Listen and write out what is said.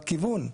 בכיוון.